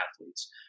athletes